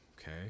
okay